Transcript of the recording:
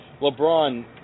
LeBron